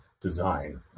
design